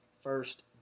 first